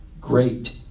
great